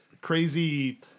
crazy